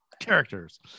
characters